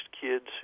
kids